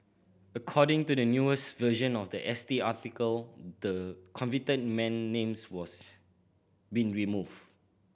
according to the newest version of the S T article the convicted man names was been removed